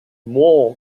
more